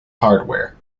hardware